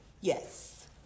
Yes